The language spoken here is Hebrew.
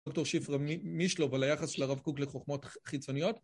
דוקטור שפרה מישלוב על היחס של הרב קוק לחוכמות חיצוניות